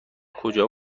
کجا